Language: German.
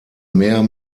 meer